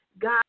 God